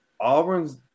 Auburn's